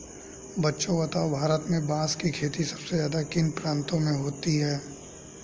बच्चों बताओ भारत में बांस की खेती सबसे ज्यादा किन प्रांतों में होती है?